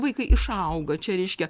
vaikai išauga čia reiškia